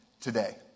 today